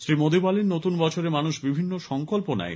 শ্রী মোদী বলেন নতুন বছরে মানুষ বিভিন্ন সংকল্প নেয়